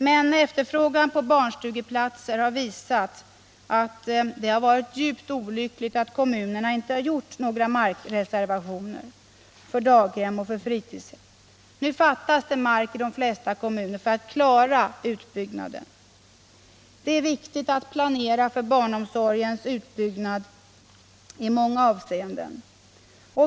Men efterfrågan på barnstugeplatser har visat att det varit djupt olyckligt att kommunerna inte har gjort några markreservationer för daghem och fritidshem. Nu fattas det mark i de flesta kommuner för att klara utbyggnaden. Det är viktigt att planera för barnomsorgens utbyggnad i många avseenden.